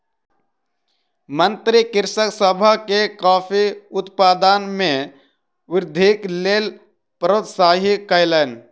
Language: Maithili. मंत्री कृषक सभ के कॉफ़ी उत्पादन मे वृद्धिक लेल प्रोत्साहित कयलैन